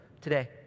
today